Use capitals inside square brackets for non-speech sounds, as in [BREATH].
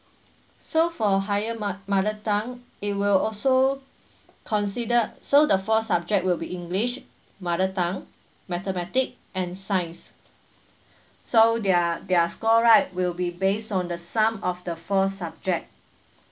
so for higher mo~ mother tongue it will also consider so the four subject will be english mother tongue mathematic and science [BREATH] so their their score right will be based on the some of the four subject